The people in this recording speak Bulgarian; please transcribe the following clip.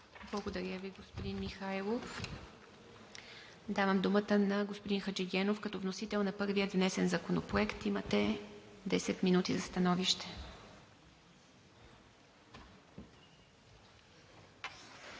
Благодаря Ви, господин Михайлов. Давам думата на господин Хаджигенов, като вносител на първия внесен Законопроект. Имате 10 минути за становище.